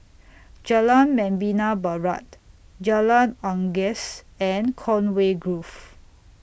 Jalan Membina Barat Jalan Unggas and Conway Grove